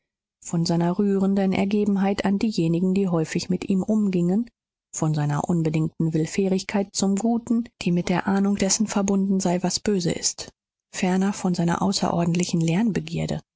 von seiner rührenden ergebenheit an diejenigen die häufig mit ihm umgingen von seiner unbedingten willfährigkeit zum guten die mit der ahnung dessen verbunden sei was böse ist ferner von seiner außerordentlichen